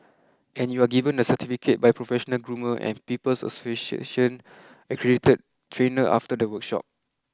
and you are given a certificate by professional groomer and People's Association accredited trainer after the workshop